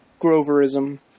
Groverism